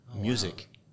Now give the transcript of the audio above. music